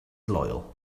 loyal